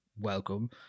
welcome